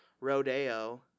Rodeo